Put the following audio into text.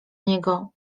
niego